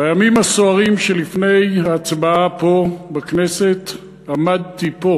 בימים הסוערים שלפני ההצבעה פה בכנסת עמדתי פה,